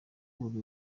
buri